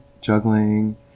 juggling